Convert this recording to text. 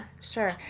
Sure